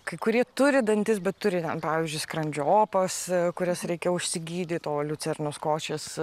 kai kurie turi dantis bet turi ten pavyzdžiui skrandžio opas kurias reikia užsigydyt o liucernos košės